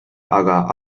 aga